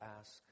ask